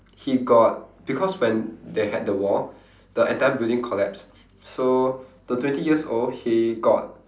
he got because when they had the war the entire building collapsed so the twenty years old he got